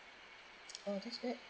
oh that's great